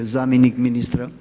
Zamjenik ministra.